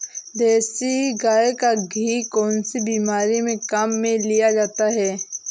देसी गाय का घी कौनसी बीमारी में काम में लिया जाता है?